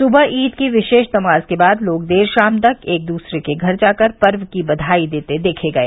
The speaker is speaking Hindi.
सुबह ईद की विशेष नमाज के बाद लोग देर शाम तक एक दूसरे के घर जाकर पर्व की बधाई देते देखे गए